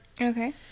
Okay